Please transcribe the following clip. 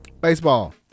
baseball